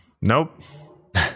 nope